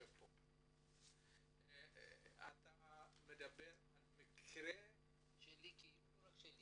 אתה מדבר על מקרה שלך?